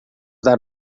dar